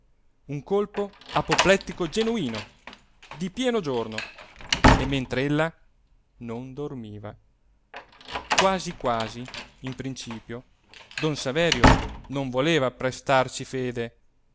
un colpo apoplettico genuino di pieno giorno e mentr'ella non dormiva quasi quasi in principio don saverio non voleva prestarci fede